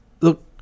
Look